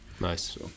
nice